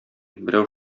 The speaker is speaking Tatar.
берәү